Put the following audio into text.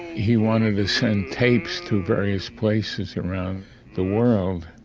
he wanted to send tapes to various places around the world.